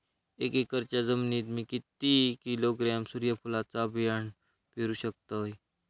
एक एकरच्या जमिनीत मी किती किलोग्रॅम सूर्यफुलचा बियाणा पेरु शकतय?